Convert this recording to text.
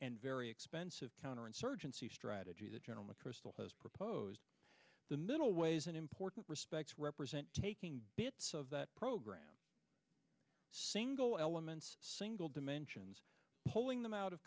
and very expensive counterinsurgency strategy that general mcchrystal has proposed the middle way is an important respects represent taking bits of that program single elements single dimensions pulling them out of